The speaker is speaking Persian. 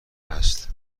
هست